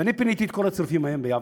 ואני פיניתי את כל הצריפים ההם ביבנה.